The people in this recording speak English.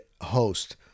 host